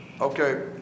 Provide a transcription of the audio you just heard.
Okay